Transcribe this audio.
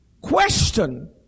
Question